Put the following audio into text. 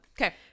Okay